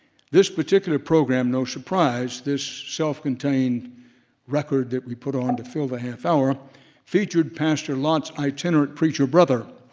this particular program, no surprise, this self-contained record that we put on to fill the half-hour ah featured pastor lott's itinerant preacher brother